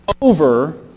over